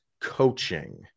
coaching